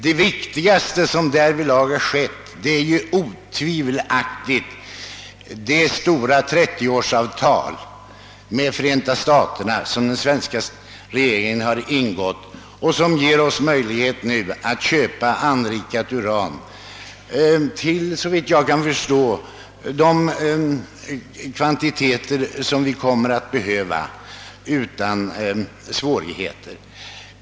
Det viktigaste som därvidlag har skett är otvivelaktigt att den svenska regeringen med Förenta staterna har ingått ett 30-årsavtal som ger oss möjlighet att utan svårigheter köpa anrikat uran i de betydande kvantiteter, som vi, såvitt jag kan förstå nu, kommer att behöva.